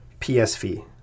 PSV